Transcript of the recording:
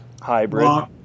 Hybrid